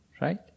Right